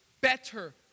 better